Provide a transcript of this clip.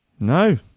No